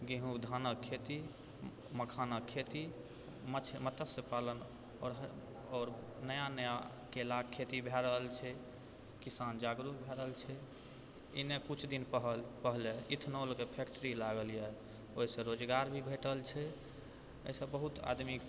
गेंहूॅं धानक खेती मखानाके खेती माछ मत्स्य पालन आओर नया नया केलाके खेती भए रहल छै किसान जागरुक भए रहल छै इन्ने कुछ दिन पहले इथेनाल के फैक्ट्री लागल यहऽ ओहिसँ रोजगार भी भेटल छै एहिसँ बहुत आदमी